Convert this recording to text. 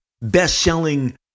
best-selling